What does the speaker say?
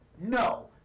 No